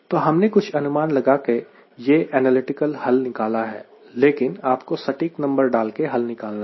तो हमने कुछ अनुमान लगाकर यह एनालिटिकल हल निकाला है लेकिन आपको सटीक नंबर डालकर हल निकालना है